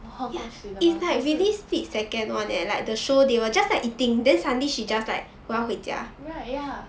我喝过水了吗还是 right ya